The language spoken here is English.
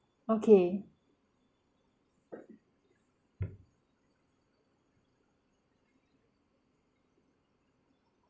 okay